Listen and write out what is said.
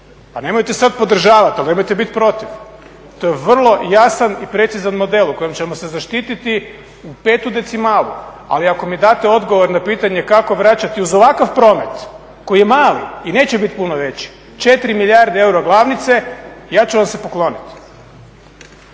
Pa nemojte sad podržavati, ali nemojte biti protiv. To je vrlo jasan i precizan model u kojem ćemo se zaštititi u petu decimalu. Ali ako mi date odgovor na pitanje kako vraćati uz ovakav promet koji je mali i neće biti puno veći 4 milijarde eura glavnice ja ću vam se pokloniti.